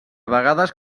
vegades